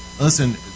listen